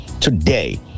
today